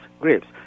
grapes